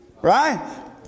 right